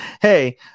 hey